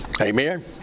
amen